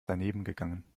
danebengegangen